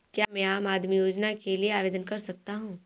क्या मैं आम आदमी योजना के लिए आवेदन कर सकता हूँ?